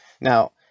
Now